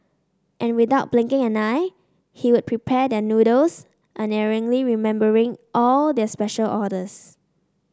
and without blinking an eye he would prepare their noodles unerringly remembering all their special orders